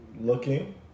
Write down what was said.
Looking